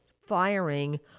firing